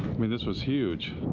mean, this was huge.